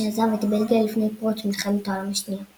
שעזב את בלגיה לפני פרוץ מלחמת העולם השנייה.